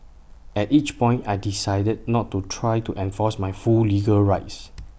at each point I decided not to try to enforce my full legal rights